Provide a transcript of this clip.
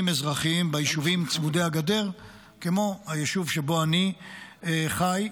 אזרחיים ביישובים צמודי הגדר כמו היישוב שבו אני חי.